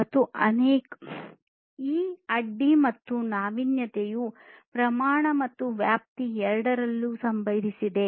ಮತ್ತು ಈ ಅಡ್ಡಿ ಮತ್ತು ನಾವೀನ್ಯತೆಯು ಪ್ರಮಾಣ ಮತ್ತು ವ್ಯಾಪ್ತಿ ಎರಡರಲ್ಲೂ ಸಂಭವಿಸಿದೆ